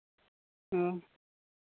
ᱚ